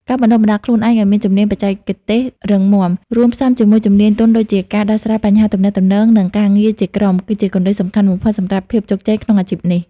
ការបណ្ដុះបណ្ដាលខ្លួនឯងឲ្យមានជំនាញបច្ចេកទេសរឹងមាំរួមផ្សំជាមួយជំនាញទន់ដូចជាការដោះស្រាយបញ្ហាទំនាក់ទំនងនិងការងារជាក្រុម គឺជាគន្លឹះដ៏សំខាន់បំផុតសម្រាប់ភាពជោគជ័យក្នុងអាជីពនេះ។